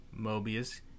Mobius